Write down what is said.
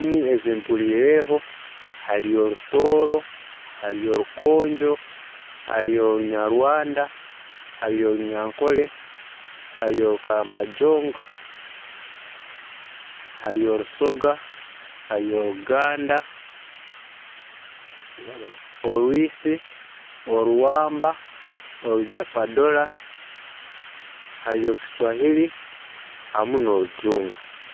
Endimi ezimpuriireho hariyo orutooro, hariyo orukoonjo, hariyo orunyarwanda, hariyo orunyankore, hariyo orukaramajong, hariyo olusoga, hariyo oluganda, orwiisi, olwamba, olujapadola, hriyo kiswahiri hamu n'orujungu